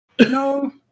No